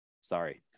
sorry